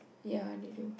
ya